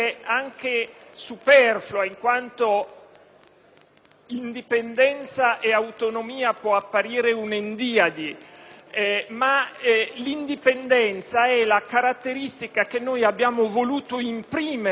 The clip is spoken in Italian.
«indipendenza e autonomia» può apparire una endiadi, ma l'indipendenza è la caratteristica che abbiamo voluto imprimere all'intero sistema di valutazione